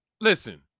Listen